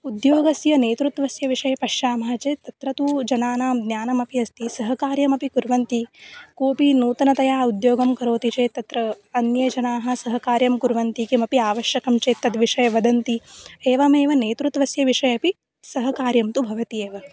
उद्योगस्य नेतृत्वस्य विषये पश्यामः चेत् तत्र तु जनानां ज्ञानमपि अस्ति सहकार्यमपि कुर्वन्ति कोऽपि नूतनतया उद्योगं करोति चेत् तत्र अन्ये जनाः सहकार्यं कुर्वन्ति किमपि आवश्यकं चेत् तद् विषये वदन्ति एवमेव नेतृत्वस्य विषयेपि सहकार्यं तु भवति एव